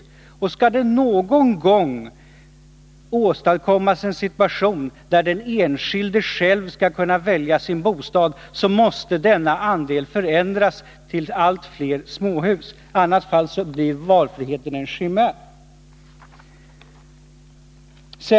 Skall det någon gång åstadkommas en situation där den enskilde själv kan välja sin bostad, måste andelen ändras till fler småhus. I annat fall blir valfriheten en chimär.